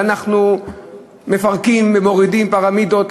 ואנחנו מפרקים ומורידים פירמידות,